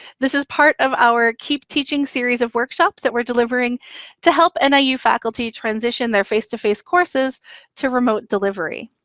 this is part of our keep teaching series of workshops that we're delivering to help and niu faculty transition their face to face courses to remote delivery.